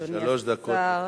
אדוני השר,